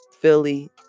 Philly